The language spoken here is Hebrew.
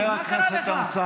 היית שנים בוועדת הפנים, נכון?